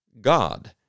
God